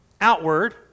outward